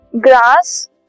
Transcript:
grass